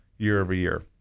year-over-year